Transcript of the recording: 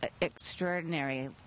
Extraordinary